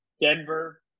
denver